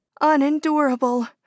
Unendurable